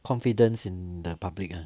confidence in the public ah